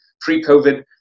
pre-COVID